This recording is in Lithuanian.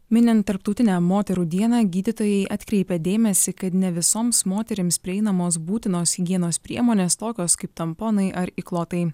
minint tarptautinę moterų dieną gydytojai atkreipia dėmesį kad ne visoms moterims prieinamos būtinos higienos priemonės tokios kaip tamponai ar įklotai